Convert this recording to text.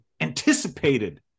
anticipated